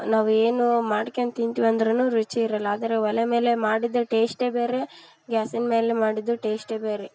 ನಾವು ಏನು ಮಾಡ್ಕೊಂಡ್ ತಿಂತೀವಿ ಅಂದ್ರು ರುಚಿ ಇರೋಲ್ಲ ಆದ್ರೆ ಒಲೆ ಮೇಲೆ ಮಾಡಿದ್ದು ಟೇಸ್ಟೆ ಬೇರೆ ಗ್ಯಾಸಿನ ಮೇಲೆ ಮಾಡಿದ್ದು ಟೇಸ್ಟೆ ಬೇರೆ